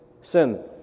sin